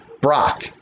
Brock